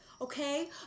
okay